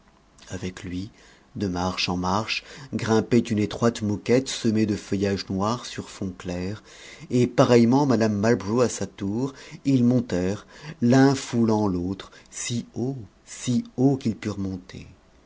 avec lui de marche en marche grimpait une étroite moquette semée de feuillages noirs sur fond clair et pareillement mme marlborough à sa tour ils montèrent l'un foulant l'autre si haut si haut qu'ils purent monter